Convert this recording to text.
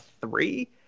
three